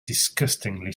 disgustingly